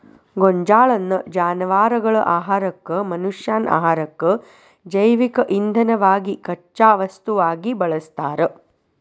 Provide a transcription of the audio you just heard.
ಗೋಂಜಾಳನ್ನ ಜಾನವಾರಗಳ ಆಹಾರಕ್ಕ, ಮನಷ್ಯಾನ ಆಹಾರಕ್ಕ, ಜೈವಿಕ ಇಂಧನವಾಗಿ ಕಚ್ಚಾ ವಸ್ತುವಾಗಿ ಬಳಸ್ತಾರ